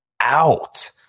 out